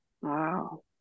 Wow